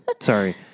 Sorry